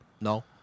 No